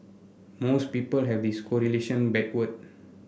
most people have this correlation backward